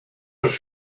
was